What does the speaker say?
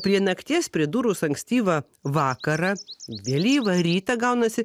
prie nakties pridūrus ankstyvą vakarą vėlyvą rytą gaunasi